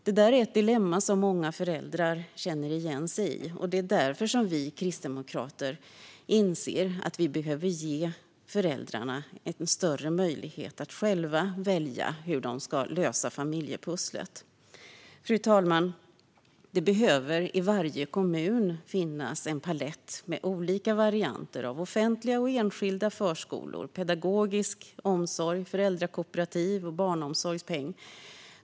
Det dilemmat känner många föräldrar igen sig i, och det är därför som vi kristdemokrater inser att vi behöver ge föräldrarna större möjlighet att själva välja hur de ska lösa familjepusslet. Fru talman! Det måste i varje kommun finnas en palett med olika varianter av offentliga och enskilda förskolor, pedagogisk omsorg, föräldrakooperativ och barnomsorgspeng.